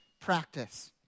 practice